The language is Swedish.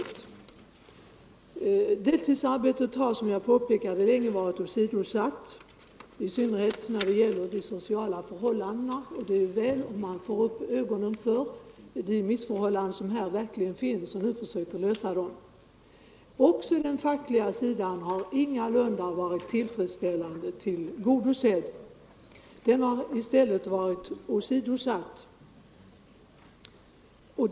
Som jag tidigare sade har de deltidsarbetande länge varit åsidosatta, speciellt när det gäller de sociala förmånerna. Det vore väl om man nu mera allmänt fick upp ögonen för de missförhållanden som där råder 55 och verkligen försökte komma till rätta med dem. Inte heller har de deltidsanställdas intressen varit tillgodosedda på den fackliga sidan. Även där har de ställts åt sidan.